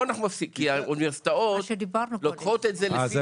כי האוניברסיטאות לוקחות את זה לפי נקודות,